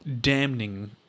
damning